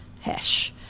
hash